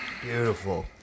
Beautiful